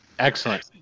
Excellent